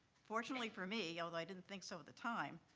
fortunately for me, although i didn't think so at the time,